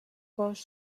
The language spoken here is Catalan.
cos